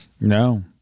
No